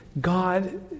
God